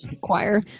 choir